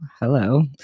hello